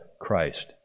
Christ